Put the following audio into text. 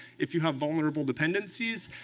if you have vulnerable dependencies.